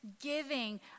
giving